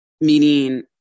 meaning